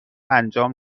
انجام